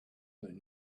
than